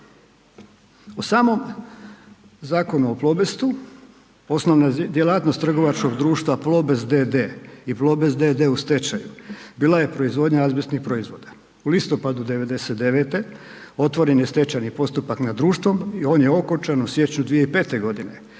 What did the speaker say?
U samom zakonu o Plobestu, osnovna djelatnost trgovačkog društva Plobest d.d. i Plobest d.d. u stečaju, bila je proizvodnja azbestnih proizvoda. U listopadu 99. otvoren je stečajni postupak nad društvom i on je okončan u siječnju 2005. g.